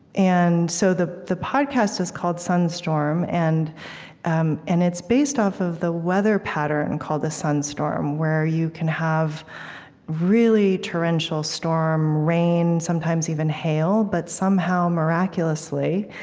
and so the the podcast is called sunstorm, and um and it's based off of the weather pattern called a sunstorm, where you can have really torrential storm rain, sometimes even hail but somehow, miraculously,